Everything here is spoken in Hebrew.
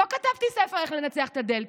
לא כתבתי ספר איך לנצח את הדלתא,